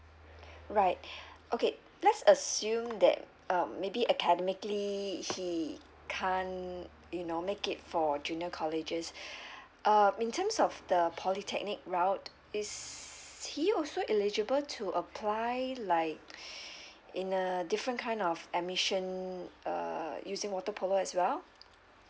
right okay let's assume that um maybe academically he can't you know make it for junior colleges um in terms of the polytechnic route is he also eligible to apply like in a different kind of admission uh using water polo as well